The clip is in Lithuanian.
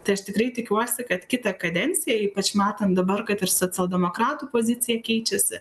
tai aš tikrai tikiuosi kad kitą kadenciją ypač matant dabar kad ir socialdemokratų pozicija keičiasi